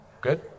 Good